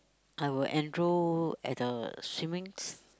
I will enroll at the swimming